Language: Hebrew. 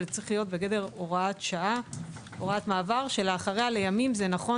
אבל זה צריך להיות בגדר הוראת מעבר שלאחריה לימים זה נכון